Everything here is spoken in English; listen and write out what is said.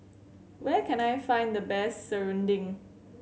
where can I find the best Serunding